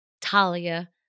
Talia